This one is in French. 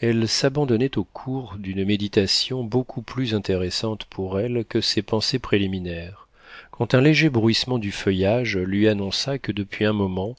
elle s'abandonnait au cours d'une méditation beaucoup plus intéressante pour elle que ces pensées préliminaires quand un léger bruissement du feuillage lui annonça que depuis un moment